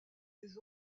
des